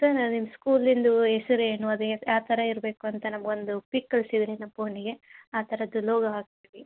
sir ನಿಮ್ಮ ಸ್ಕೂಲಿಂದು ಹೆಸರ್ ಏನು ಅದೇನು ಯಾವ ಥರ ಇರಬೇಕು ಅಂತ ನಮಗೊಂದು ಪಿಕ್ ಕಳಿಸಿದ್ರೆ ನಮ್ಮ ಪೋನಿಗೆ ಆ ಥರದ್ದು ಲೋಗೋ ಹಾಕ್ತೀವಿ